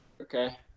Okay